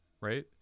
right